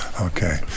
okay